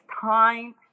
time